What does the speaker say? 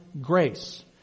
grace